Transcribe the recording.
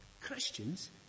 Christians